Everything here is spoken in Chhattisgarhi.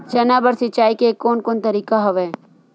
चना बर सिंचाई के कोन कोन तरीका हवय?